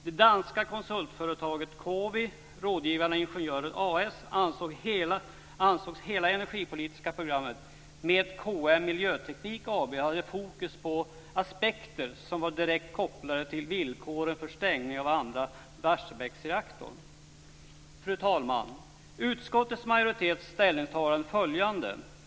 Det danska konsultföretaget COWI Rådgivande Ingeniörer AS ansåg att hela det energipolitiska programmet med KM Miljöteknik AB hade ett fokus på aspekter som var direkt kopplade till villkoren för stängning av den andra Barsebäcksreaktorn. Fru talman! Utskottets majoritets ställningstagande är följande.